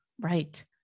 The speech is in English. Right